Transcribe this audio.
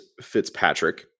Fitzpatrick